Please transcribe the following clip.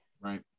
Right